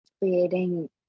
creating